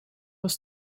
was